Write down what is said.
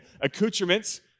Accoutrements